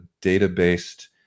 data-based